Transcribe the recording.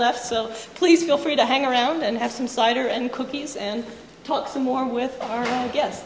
left self please feel free to hang around and have some cider and cookies and talk some more with our